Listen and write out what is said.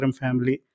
family